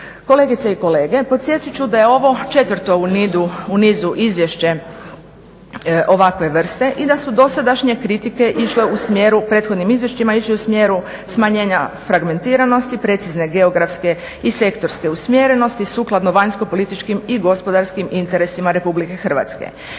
Kolegice i kolege podsjetiti ću da je ovo četvrto u nizu izvješće ovakve vrste i da su dosadašnje kritike išle u smjeru prethodnim izvješćima išle u smjeru smanjenja fragmentiranosti, precizne geografske i sektorske usmjerenosti sukladno vanjsko političkim i gospodarskim interesima RH. Izbjegavanjem